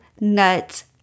nuts